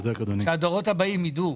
לבוא ולהגיד להם מה הדברים שממשלת ישראל יכולה